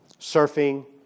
surfing